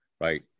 right